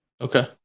Okay